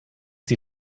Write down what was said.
die